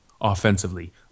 offensively